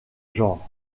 genres